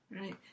Right